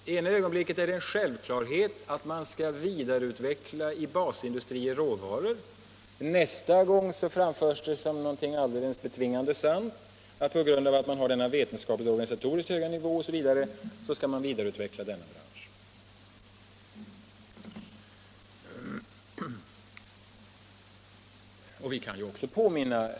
I ena ögonblicket är det en självklarhet att man i basindustrier skall vidareutveckla råvaror, i andra ögonblicket framförs det som något betvingande sant att man på grund av en vetenskapligt och organisatoriskt hög nivå skall vidareutveckla en bransch.